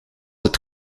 het